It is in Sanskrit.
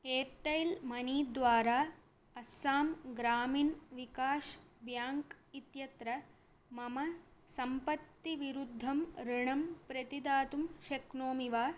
एर्टैल् मनीद्वारा अस्सां ग्रामीणः विकासः ब्याङ्क् इत्यत्र मम सम्पत्तिविरुद्धं ऋणम् प्रतिदातुं शक्नोमि वा